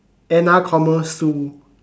Anna comma Sue